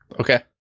Okay